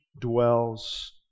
dwells